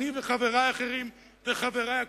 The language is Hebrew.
אני וחברי האחרים וחברי הקודמים.